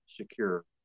secure